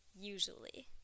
Usually